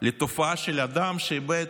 לתופעה של אדם שאיבד